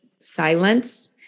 silence